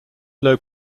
low